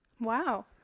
Wow